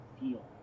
feel